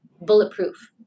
bulletproof